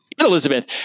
Elizabeth